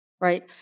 Right